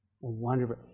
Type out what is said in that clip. wonderful